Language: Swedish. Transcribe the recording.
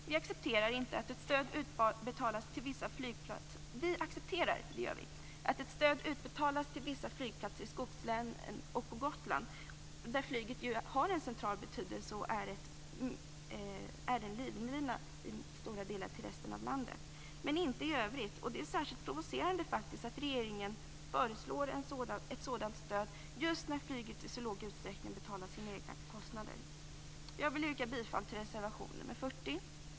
Vi accepterar att ett stöd utbetalas till vissa flygplatser i skogslänen och på Gotland, där flyget har en central betydelse och är en livlina till resten av landet, men inte i övrigt. Det är särskilt provocerande att regeringen föreslår ett sådant stöd just när flyget i så liten utsträckning betalar sina egna kostnader. Jag vill yrka bifall till reservation 40.